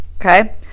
Okay